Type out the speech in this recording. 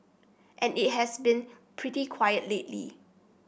and it has been pretty quiet lately